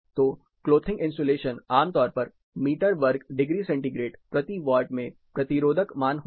तो clothing insulation आमतौर पर मीटर वर्ग डिग्री सेंटीग्रेड प्रति वाट में प्रतिरोधक मान होता है